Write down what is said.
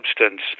substance